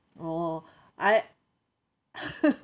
oh I